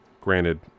Granted